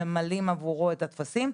ממלאים עבורו את הטפסים,